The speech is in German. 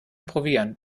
proviant